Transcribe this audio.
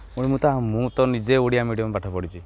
ପୁଣି ମୁଁ ତ ମୁଁ ତ ନିଜେ ଓଡ଼ିଆ ମିଡ଼ିଅମ୍ ପାଠ ପଢ଼ିଛି